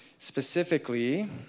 Specifically